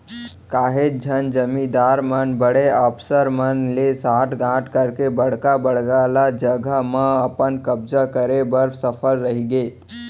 काहेच झन जमींदार मन बड़े अफसर मन ले सांठ गॉंठ करके बड़का बड़का ल जघा मन म अपन कब्जा करे बर सफल रहिगे